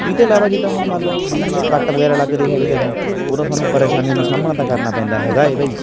ਇਹ ਤੋਂ ਇਲਾਵਾ ਜਿੱਦਾਂ ਹੁਣ ਮੰਨ ਲਉ ਬਿਜਲੀ ਦੇ ਕੱਟ ਵਗੈਰਾ ਲੱਗਦੇ ਹੈਗੇ ਜਦੋਂ ਓਦੋਂ ਸਾਨੂੰ ਪਰੇਸ਼ਾਨੀਆਂ ਦਾ ਸਾਹਮਣਾ ਤਾਂ ਕਰਨਾ ਪੈਂਦਾ ਹੈਗਾ ਏ ਬਈ